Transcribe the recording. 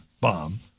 bomb